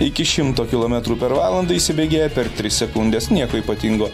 iki šimto kilometrų per valandą įsibėgėja per tris sekundes nieko ypatingo